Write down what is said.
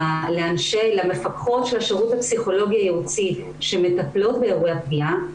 למפקחות של השירות הפסיכולוגי הייעוצי שמטפלות באירוע הפגיעה,